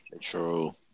true